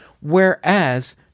Whereas